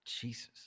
Jesus